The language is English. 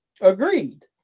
Agreed